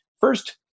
First